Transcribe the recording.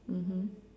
mmhmm